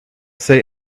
say